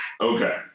Okay